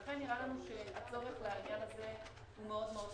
לכן נראה לנו שהצורך בעניין הזה הוא מאוד מאוד קטן.